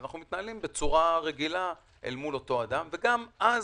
אנחנו מתנהלים בצורה רגילה מול אותו אדם, וגם אז,